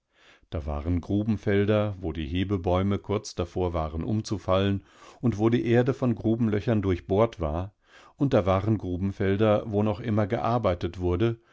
da waren grubenfelder wo die hebebäume kurz davor waren umzufallen und wo die erde von grubenlöchern durchbohrt war und da waren grubenfelder wo noch immer gearbeitet wurde